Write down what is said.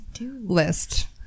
list